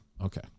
okay